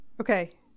okay